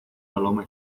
salomé